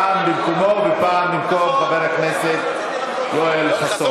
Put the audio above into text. פעם במקומו ופעם במקום חבר הכנסת יואל חסון.